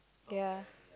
okay ah